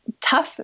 tough